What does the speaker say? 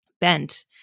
bent